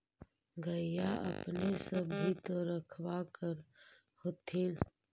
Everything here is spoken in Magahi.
गईया अपने सब भी तो रखबा कर होत्थिन?